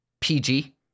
PG